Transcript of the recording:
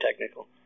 technical